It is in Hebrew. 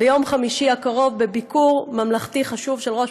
ביום חמישי הקרוב בביקור ממלכתי חשוב של ראש